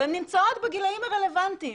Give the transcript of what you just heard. והן נמצאות בגילאים הרלוונטיים.